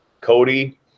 Cody